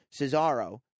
Cesaro